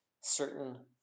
certain